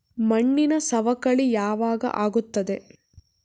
ಮಣ್ಣಿನ ಸವಕಳಿ ಯಾವಾಗ ಆಗುತ್ತದೆ?